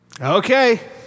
Okay